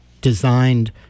designed